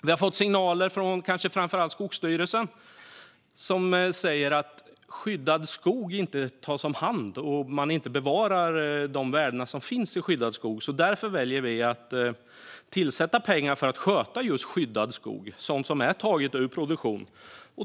Vi har fått signaler, kanske framför allt från Skogsstyrelsen, som säger att skyddad skog inte tas om hand och att de värden som finns i skyddad skog inte bevaras. Därför väljer vi att tillsätta pengar för att sköta just skyddad skog - sådan som är tagen ur produktion.